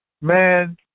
man